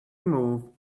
move